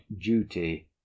duty